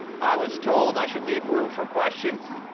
i was told i should leave room for questions.